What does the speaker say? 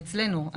היא אצלנו.